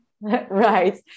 Right